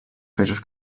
països